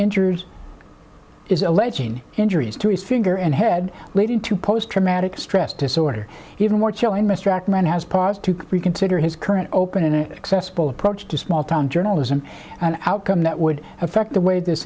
injures is alleging injuries to his finger and head leading to post traumatic stress disorder even more chilling mr ackerman has paused to reconsider his current open and accessible approach to small town journalism an outcome that would affect the way this